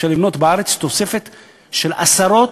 אפשר לבנות בארץ תוספת של עשרות,